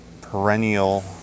perennial